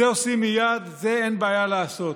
את זה עושים מייד, את זה אין בעיה לעשות,